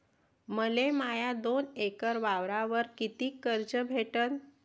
मले माया दोन एकर वावरावर कितीक कर्ज भेटन?